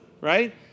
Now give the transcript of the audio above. Right